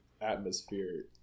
atmosphere